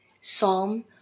Psalm